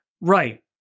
right